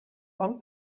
bon